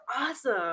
awesome